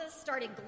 started